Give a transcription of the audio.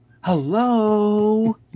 Hello